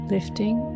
Lifting